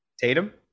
Tatum